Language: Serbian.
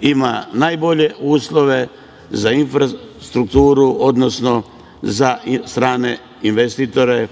ima najbolje uslove za infrastrukturu, odnosno za strane investitore.